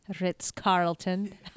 Ritz-Carlton